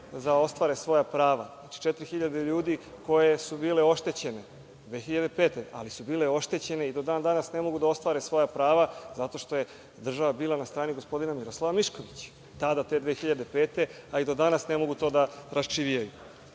da ostvare svoja prava. Znači, 4.000 ljudi, koji su bili oštećeni 2005. godine, ali su bili oštećeni i do dan danas ne mogu da ostvare svoja prava zato što je država bila na strani gospodina Miroslava Miškovića. Tada 2005, a i do danas ne mogu to da raščivijaju. To